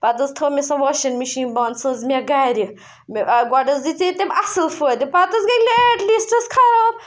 پَتہٕ حظ تھٔو مےٚ سۄ واشنٛگ مِشیٖن بنٛد سۄ حظ مےٚ گَرِ گۄڈٕ حظ دِژے تٔمۍ اَصٕل فٲیِدٕ پَتہٕ حظ گٔیٚے ایٹلیٖسٹَس خراب